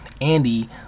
Andy